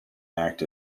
act